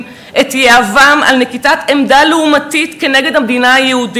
תעזור להחזיר את התלמידים לבתי-הספר.